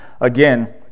again